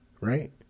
Right